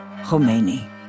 Khomeini